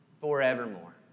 forevermore